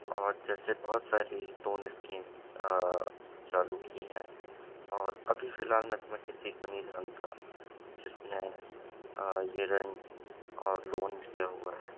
और जैसे बहुत सारी लोन इस्कीम चालू की हैं और अभी फ़िलहाल में तो मैं किसी को नहीं जानता जिस ने ये ऋण और लोन लिया हुआ है